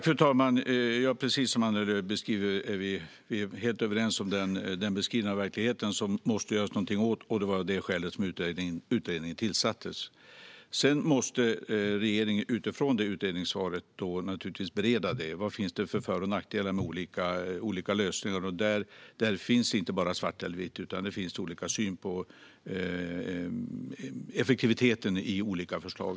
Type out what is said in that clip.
Fru talman! Jag är helt överens med Annie Lööf om den beskrivningen av verkligheten. Vi måste göra någonting åt detta, och det var av det skälet utredningen tillsattes. Sedan måste regeringen naturligtvis bereda utifrån utredningssvaret. Vad finns det för för och nackdelar med olika lösningar? Där finns inte bara svart och vitt, utan det finns olika syn på effektiviteten i olika förslag.